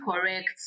correct